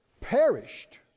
Perished